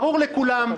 ברור לכולם,